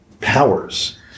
powers